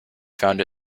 found